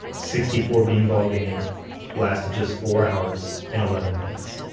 sixty four beanball game lasted just four hours and eleven minutes.